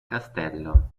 castello